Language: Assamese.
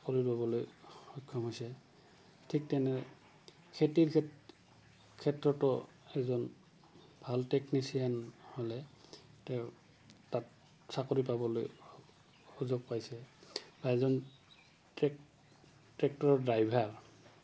চাকৰি ল'বলৈ সক্ষম হৈছে ঠিক তেনে খেতিৰ ক্ষেত্ৰতো এজন ভাল টেকনিচিয়ান হ'লে তেওঁ তাত চাকৰি পাবলৈ সুযোগ পাইছে বা এজন ট্ৰেক ট্ৰেক্টৰৰ ড্ৰাইভাৰ